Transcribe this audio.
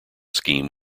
scheme